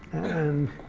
and